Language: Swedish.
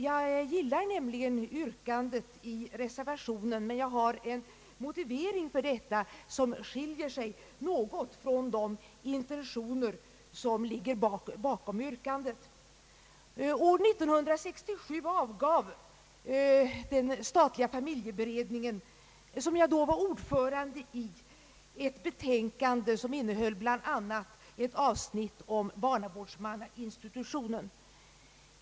Jag gillar nämligen yrkandet i reservationen, men jag har en motivering därför som något skiljer sig från de intentioner som ligger bakom yrkandet. År 1967 avgav den statliga familjeberedningen, som jag då var ordförande i, ett betänkande som innehöll bl a. ett avsnitt om barnavårdsmannainstitutionen.